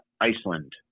Iceland